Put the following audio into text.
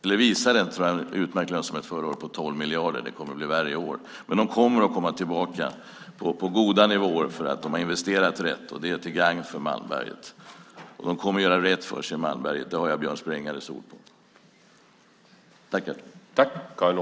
LKAB visade en utmärkt lönsamhet förra året på 12 miljarder. Det kommer att bli sämre i år. De kommer tillbaka på goda nivåer eftersom de har investerat rätt. Det är till gagn för Malmberget. De kommer att göra rätt för sig i Malmberget; det har jag Björn Sprängares ord på.